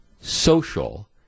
Social